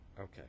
Okay